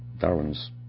Darwin's